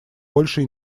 большей